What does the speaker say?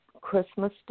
Christmas